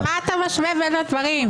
--- מה אתה משווה בין הדברים?